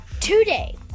today